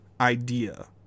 idea